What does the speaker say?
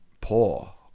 poor